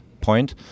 point